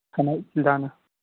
थानाय गामि